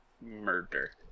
murder